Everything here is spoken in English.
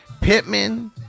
Pittman